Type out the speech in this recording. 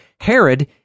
Herod